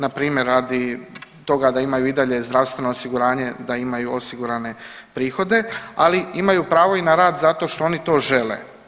Na primjer radi toga da imaju i dalje zdravstveno osiguranje, da imaju osigurane prihode, ali imaju pravo i na rad zato što oni to žele.